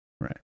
Right